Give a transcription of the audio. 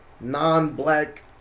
non-black